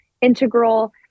integral